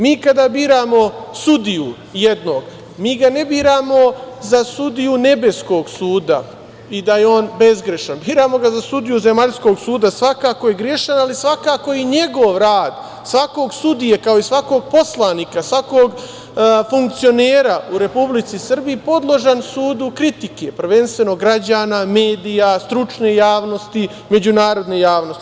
Mi kada biramo sudiju jednog, mi ga ne biramo za sudiju nebeskog suda i da je on bezgrešan, biramo ga za sudiju zemaljskog suda, svakako je grešan, ali svakako je njegov rad, svakog sudije, kao i svakog poslanika, svakog funkcionera u Republici Srbiji podložan sudu kritike, prvenstveno građana, medija, stručne javnosti, međunarodne javnosti.